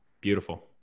Beautiful